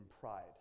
pride